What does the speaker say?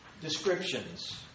descriptions